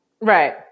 Right